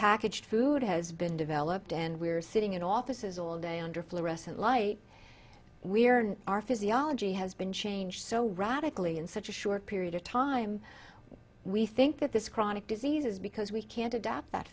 packaged food has been developed and we're sitting in offices all day under fluorescent light we're in our physiology has been changed so radically in such a short period of time we think that this chronic diseases because we can't adapt that